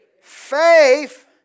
Faith